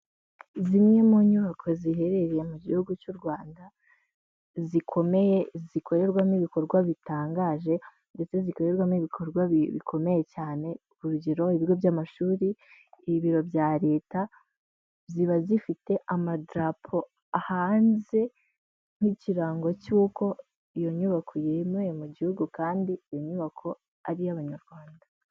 Zimwe mu nyubako ziherereye mu Gihugu cy'u Rwanda zikomeye, zikorerwamo ibikorwa bitangaje ndetse zikorerwamo ibikorwa bikomeye cyane, urugero ibigo by'amashuri, ibiro bya Leta ziba zifite amadarapo hanze, nk'ikirango cy'uko iyo nyubako yemewe mu gihugu kandi iyo nyubako ari iy'Abanyarwanda.